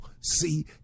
See